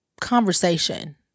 conversation